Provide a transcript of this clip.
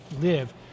live